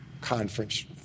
conference